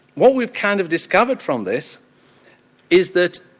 what we've kind of discovered from this is that,